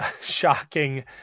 shocking